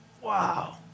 wow